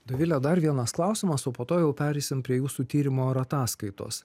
dovile dar vienas klausimas o po to jau pereisim prie jūsų tyrimo ir ataskaitos